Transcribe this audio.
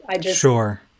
Sure